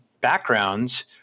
backgrounds